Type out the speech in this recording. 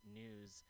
news